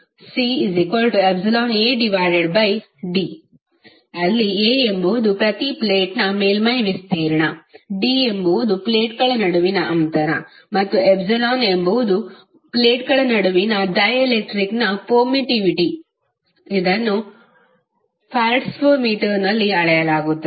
CϵAd ಅಲ್ಲಿ A ಎಂಬುದು ಪ್ರತಿ ಪ್ಲೇಟ್ನ ಮೇಲ್ಮೈ ವಿಸ್ತೀರ್ಣd ಎಂಬುದು ಪ್ಲೇಟ್ಗಳ ನಡುವಿನ ಅಂತರ ಮತ್ತು ಎಂಬುದು ಪ್ಲೇಟ್ಗಳ ನಡುವಿನ ಡೈಎಲೆಕ್ಟ್ರಿಕ್ನ ಪರ್ಮಿಟಿವಿಟಿ ಇದನ್ನು Fm ನಲ್ಲಿ ಅಳೆಯಲಾಗುತ್ತದೆ